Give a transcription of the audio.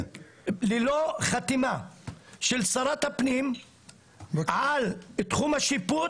ללא חתימה של שרת הפנים על תחום השיפוט,